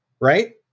Right